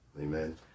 Amen